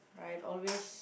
right always